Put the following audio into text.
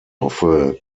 hoffe